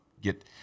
get